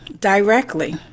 directly